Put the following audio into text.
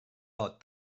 lot